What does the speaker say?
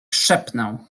szepnę